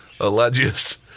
alleges